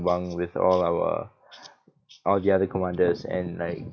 bunk with all our all the other commanders and like